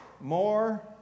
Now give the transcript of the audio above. more